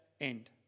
end